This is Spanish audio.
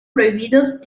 prohibidos